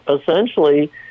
essentially